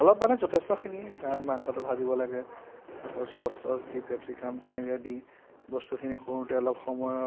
অলপ মানে যথেষ্টখিনি কাৰণ মাংসটো ভাজিব লগে আকৌ ছচ তচ দি কেপচিকাম তেনেকৈ দি বস্তুখিনি কৰোঁতে অলপ সময়ৰ